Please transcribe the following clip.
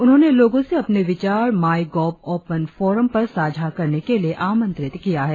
उन्होंने लोगों से अपने विचार माई गाव ओपन फॉरम पर साझा करने के लिए आमंत्रित किया है